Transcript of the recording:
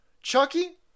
Chucky